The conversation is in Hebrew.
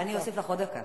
אני אוסיף לך עוד דקה.